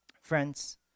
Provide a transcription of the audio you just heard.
Friends